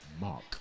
mark